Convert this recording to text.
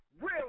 real